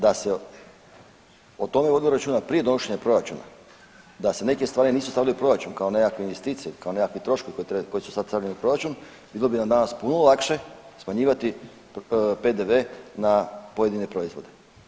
Da se o tome vodilo računa prije donošenja proračuna, da se neke stvari nisu stavile u proračun kao nekakve investicije, kao nekakvi troškovi koji su sad stavljeni u proračun bilo bi nam danas puno lakše smanjivati PDV na pojedine proizvode.